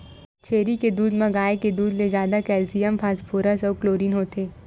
छेरी के दूद म गाय के दूद ले जादा केल्सियम, फास्फोरस अउ क्लोरीन होथे